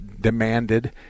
demanded